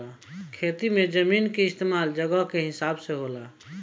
खेती मे जमीन के इस्तमाल जगह के हिसाब से होला